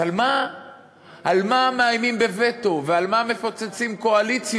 אז על מה מאיימים בווטו ועל מה מפוצצים קואליציות?